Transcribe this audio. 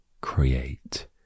create